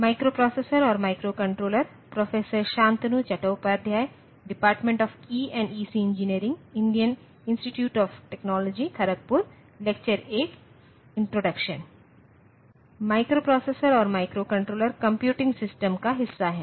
microprocessor और microcontroller computing system का हिस्सा हैं